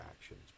actions